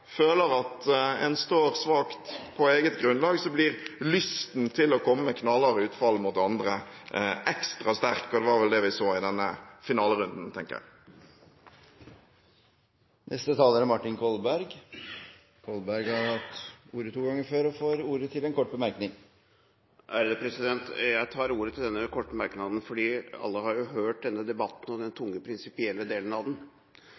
føler at man står svakt på eget grunnlag, blir lysten til å komme med knallharde utfall mot andre ekstra sterk, og det var vel det vi så i denne finalerunden, tenker jeg. Representanten Martin Kolberg har hatt ordet to ganger tidligere i debatten og får ordet til en kort merknad, begrenset til 1 minutt. Jeg tar ordet til denne korte merknaden, for alle har jo hørt denne debatten og den tunge, prinsipielle delen av den,